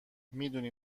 میدونی